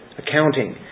accounting